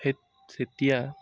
সেই তেতিয়া